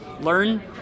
Learn